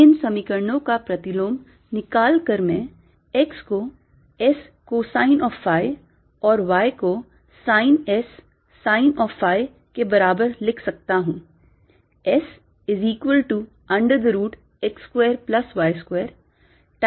इन समीकरणों का प्रतिलोम निकाल कर मैं x को S cosine of phi और y को sine S sine of phi के बराबर लिख सकता हूं